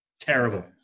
terrible